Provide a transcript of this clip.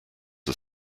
are